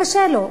קשה לו,